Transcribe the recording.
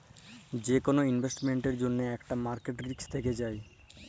যে কল ইলভেস্টমেল্টের জ্যনহে ইকট মার্কেট রিস্ক থ্যাকে যায়